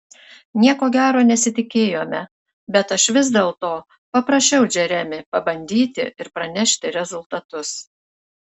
nieko gero nesitikėjome bet aš vis dėlto paprašiau džeremį pabandyti ir pranešti rezultatus